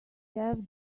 have